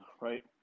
right